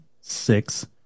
six